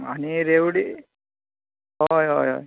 आनी रेवढी होय होय होय